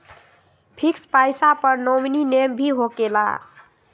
Fix पईसा पर nominee name भी होकेला?